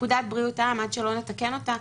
פקודת בריאות העם, עד שלא נתקן אותה,